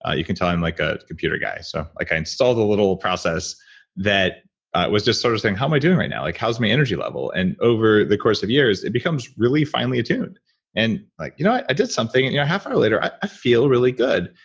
ah you can tell him like a computer guy. so like i installed a little process that was just sort of saying how am i doing right now like how's my energy level and over the course of years, it becomes really finely attuned and like, you know what, just something and yeah half hour later, i feel really good.